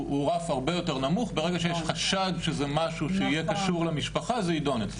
הוא רף הרבה יותר נמוך ברגע שיש חשד שזה משהו שקשור למשפחה זה ידון.